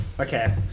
Okay